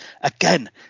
Again